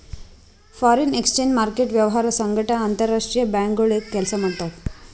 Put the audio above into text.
foreign exchange market ವ್ಯವಹಾರ್ ಸಂಗಟ್ ಅಂತರ್ ರಾಷ್ತ್ರೀಯ ಬ್ಯಾಂಕ್ಗೋಳು ಕೆಲ್ಸ ಮಾಡ್ತಾವ್